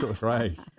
Right